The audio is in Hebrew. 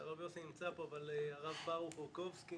שהרב יוסי נמצא פה אבל הרב ברוך רקובסקי